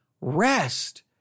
rest